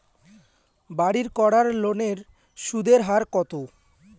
বাড়ির করার লোনের সুদের হার কত?